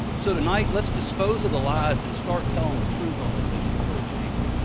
so tonight let's dispose of the lies and start telling the truth on this issue for a change.